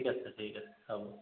ঠিক আছে ঠিক আছে হ'ব